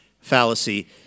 fallacy